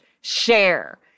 share